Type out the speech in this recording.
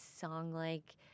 song-like